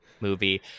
movie